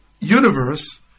universe